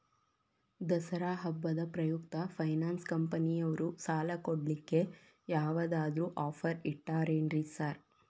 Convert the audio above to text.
ದಸರಾ ಹಬ್ಬದ ಪ್ರಯುಕ್ತ ಫೈನಾನ್ಸ್ ಕಂಪನಿಯವ್ರು ಸಾಲ ಕೊಡ್ಲಿಕ್ಕೆ ಯಾವದಾದ್ರು ಆಫರ್ ಇಟ್ಟಾರೆನ್ರಿ ಸಾರ್?